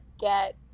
get